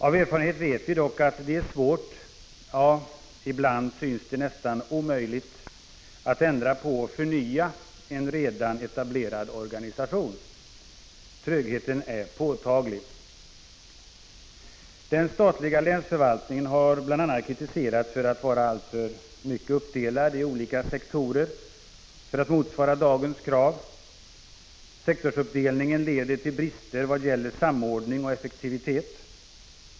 Av erfarenhet vet vi dock att det är svårt, ja, ibland synes det nästan omöjligt, att ändra på och förnya en redan etablerad organisation. Trögheten är påtaglig. Den statliga länsförvaltningen har bl.a. kritiserats för att vara alltför uppdelad i olika sektorer för att motsvara dagens krav. Sektorsuppdelningen leder till brister vad gäller samordning och effektivitet.